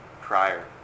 prior